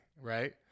right